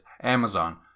Amazon